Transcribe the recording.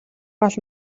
гал